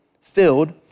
filled